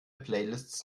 playlists